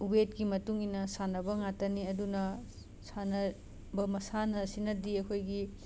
ꯋꯦꯠꯀꯤ ꯃꯇꯨꯡ ꯏꯟꯅ ꯁꯥꯟꯅꯕ ꯉꯥꯇꯅꯤ ꯑꯗꯨꯅ ꯁꯥꯟꯅꯕ ꯃꯁꯥꯟꯅꯁꯤꯅꯗꯤ ꯑꯩꯈꯣꯏꯒꯤ